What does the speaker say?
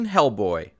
Hellboy